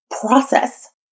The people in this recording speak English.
process